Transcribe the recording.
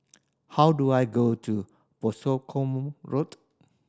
how do I go to Boscombe Road